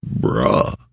bruh